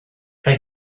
they